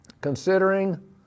considering